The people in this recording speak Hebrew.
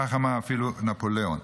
כך אמר אפילו נפוליאון.